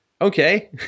Okay